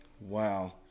Wow